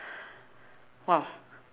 !wah!